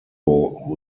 who